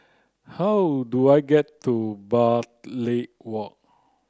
how do I get to Bartley Walk